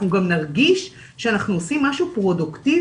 אנחנו גם נרגיש שאנחנו עושים משהו פרודוקטיבי,